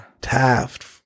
Taft